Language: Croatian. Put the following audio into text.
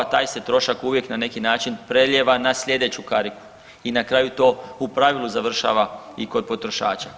Aj se trošak uvijek na neki način prelijeva na sljedeću kariku i na kraju to u pravilu završava i kod potrošača.